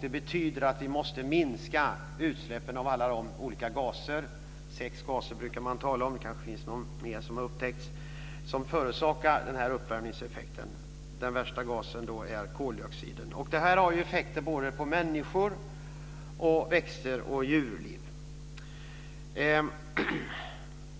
Det betyder att vi måste minska utsläppen av alla de olika gaser - man brukar tala om sex gaser, men det kanske finns någon mer som har upptäckts - som förorsaker uppvärmningseffekten. Den värsta gasen är koldioxiden. Detta har effekter på människor, växter och djurliv.